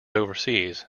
overseas